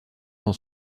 dans